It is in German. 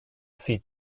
sie